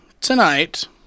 tonight